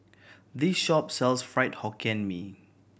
this shop sells Fried Hokkien Mee